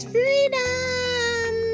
Freedom